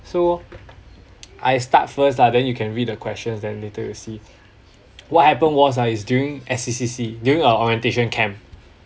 so I start first lah then you can read the questions than later you see what happened was ah it's during S_C_C_C during our orientation camp